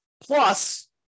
Plus